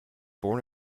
born